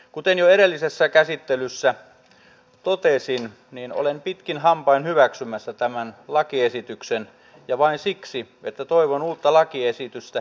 kuten jo edellisessä käsittelyssä totesin olen pitkin hampain hyväksymässä tämän lakiesityksen ja vain siksi että toivon uutta lakiesitystä pikimmiten